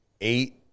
eight